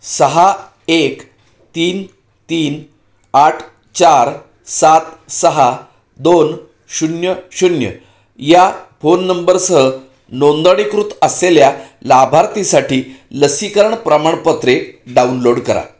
सहा एक तीन तीन आठ चार सात सहा दोन शून्य शून्य या फोन नंबरसह नोंदणीकृत असलेल्या लाभार्थीसाठी लसीकरण प्रमाणपत्रे डाउनलोड करा